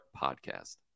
podcast